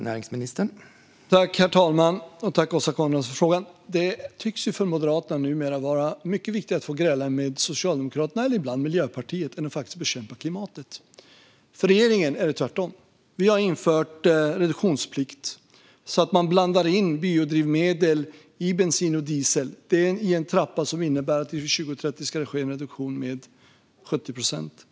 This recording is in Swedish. Herr talman! Jag tackar Åsa Coenraads för frågan. Det tycks för Moderaterna numera vara mycket viktigare att gräla med Socialdemokraterna och ibland Miljöpartiet än att faktiskt bekämpa klimatkrisen. För regeringen är det tvärtom. Vi har infört reduktionsplikt så att man blandar in biodrivmedel i bensin och diesel. Det sker stegvis så att vi 2030 ska ha en 70-procentig reduktion.